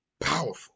powerful